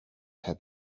had